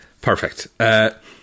perfect